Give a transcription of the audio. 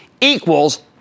equals